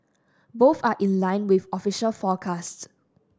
both are in line with official forecasts